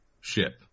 ship